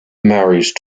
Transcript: married